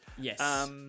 Yes